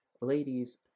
ladies